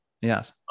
yes